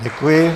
Děkuji.